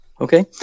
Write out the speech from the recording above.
Okay